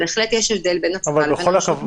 בהחלט יש הבדל בין הצבא לבין רשות מקומית.